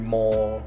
more